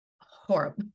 horrible